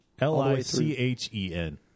L-I-C-H-E-N